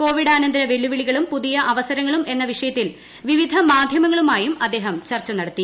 കോവിഡാനന്തര വെല്ലുവിളികളും പ്പുതിയ് അവസരങ്ങളും എന്ന വിഷയത്തിൽ വിവിധ് മാധ്യമങ്ങളുമായും അദ്ദേഹം ചർച്ച നടത്തി